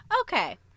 Okay